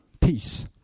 peace